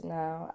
now